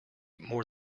more